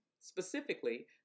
Specifically